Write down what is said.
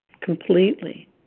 completely